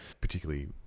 Particularly